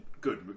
good